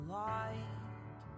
light